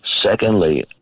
Secondly